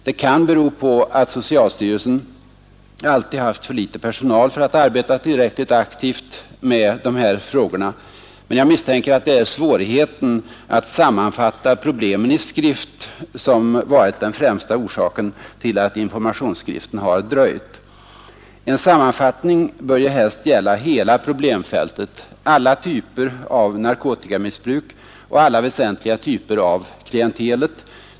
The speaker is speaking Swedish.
Det kan bero på att socialstyrelsen alltid haft för litet personal för att arbeta tillräckligt aktivt med de här frågorna. Men jag misstänker att det är svårigheten att sammanfatta problemen i skrift som varit den främsta orsaken till att informationsskriften har dröjt. En sammanfattning bör ju helst gälla hela problemfältet, alla typer av narkotikamissbruk och alla väsentliga typer av klientel.